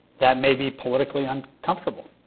that may be political uncomfortable.